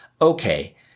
Okay